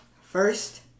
first